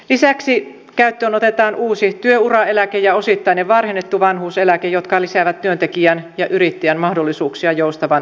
lisäksi käyttöön otetaan uusi työuraeläke ja osittainen varhennettu vanhuuseläke jotka lisäävät työntekijän ja yrittäjän mahdollisuuksia joustavaan eläköitymiseen